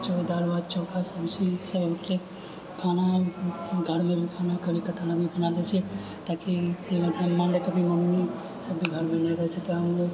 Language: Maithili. दालि भात चोखा सब्जी सभके खाना घरमे भी खाना कभी कदाल जैसे ताकि मानिलिय कभी मम्मी सभ घरमे नही रहै छै तऽ हम लोग